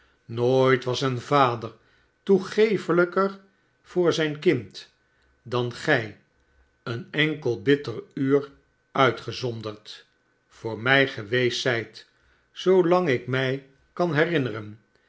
nooit was een vader toegeeflijker voor zijn kind dan gij een enkel bitter uur uitgezonderd voor mij geweest zijt zoolang ik mij kan herinneren